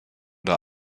der